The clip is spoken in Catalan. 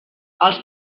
els